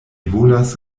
volas